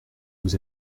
vous